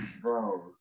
Bro